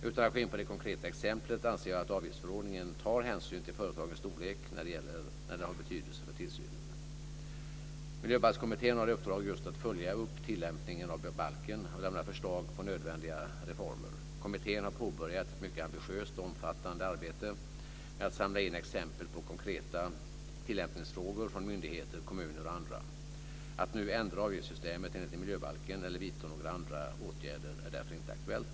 Utan att gå in på det konkreta exemplet anser jag att avgiftsförordningen tar hänsyn till företagens storlek när det har betydelse för tillsynen. Miljöbalkskommittén har i uppdrag just att följa upp tillämpningen av balken och lämna förslag på nödvändiga reformer. Kommittén har påbörjat ett mycket ambitiöst och omfattande arbete med att samla in exempel på konkreta tillämpningsfrågor från myndigheter, kommuner och andra. Att nu ändra avgiftssystemet enligt miljöbalken eller vidta några andra åtgärder är därför inte aktuellt.